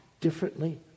differently